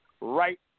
Right